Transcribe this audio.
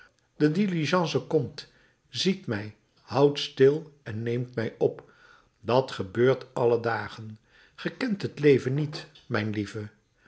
de diligence komt ziet mij houdt stil en neemt mij op dat gebeurt alle dagen ge kent het leven niet mijn lieve